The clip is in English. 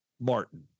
Martin